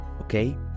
okay